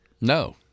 No